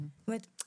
זאת אומרת אבל,